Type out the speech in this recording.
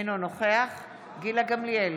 אינו נוכח גילה גמליאל,